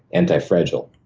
anti fragile.